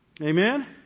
Amen